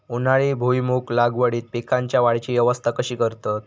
उन्हाळी भुईमूग लागवडीत पीकांच्या वाढीची अवस्था कशी करतत?